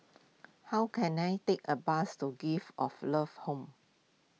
how can I take a bus to Gift of Love Home